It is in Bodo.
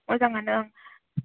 मोजाङानो ओं